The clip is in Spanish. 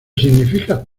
significas